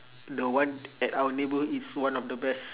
the one at our neighbourhood is one of the best